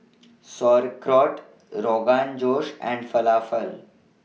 Sauerkraut Rogan Josh and Falafel